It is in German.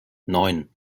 neun